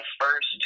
first